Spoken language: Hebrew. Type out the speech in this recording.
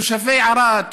תושבי ערד,